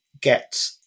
get